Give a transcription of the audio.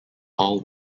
all